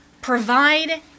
provide